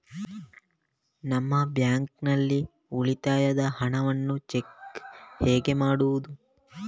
ನಮ್ಮ ಬ್ಯಾಂಕ್ ನಲ್ಲಿ ಉಳಿತಾಯದ ಹಣವನ್ನು ಚೆಕ್ ಹೇಗೆ ಮಾಡುವುದು?